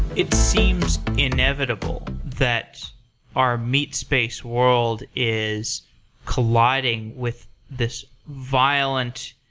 it seems inevitable that our meet space world is colliding with this violent